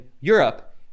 Europe